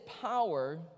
power